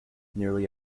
nearly